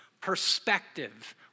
perspective